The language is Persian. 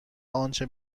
آنچه